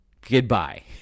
Goodbye